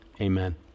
Amen